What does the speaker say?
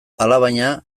alabaina